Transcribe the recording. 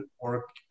work